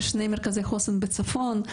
יש שני מרכזי חוסן בצפון.